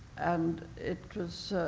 and it was.